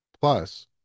Plus